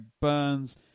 Burns